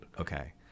Okay